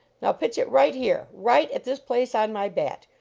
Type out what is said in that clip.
now, pitch it right here right at this place on my bat.